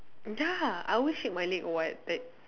ya I always shake my leg or what that